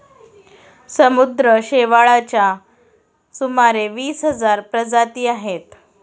समुद्री शेवाळाच्या सुमारे वीस हजार प्रजाती आहेत